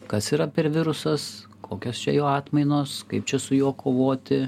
kas yra per virusas kokios čia jo atmainos kaip čia su juo kovoti